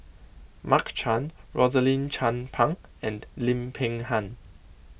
Mark Chan Rosaline Chan Pang and Lim Peng Han